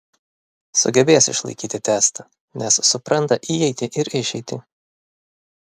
sugebės išlaikyti testą nes supranta įeitį ir išeitį